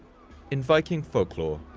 in viking folklore,